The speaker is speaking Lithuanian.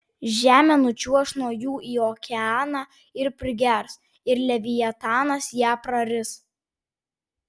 žemė nučiuoš nuo jų į okeaną ir prigers ir leviatanas ją praris